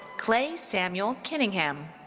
clay samuel kiningham.